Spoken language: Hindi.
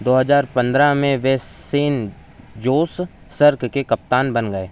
दो हज़ार पन्द्रह में वह सेन ज़ोस सर्क के कप्तान बन गए